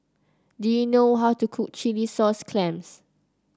do you know how to cook Chilli Sauce Clams